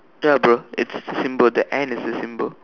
ya bro it's a symbol the and is a symbol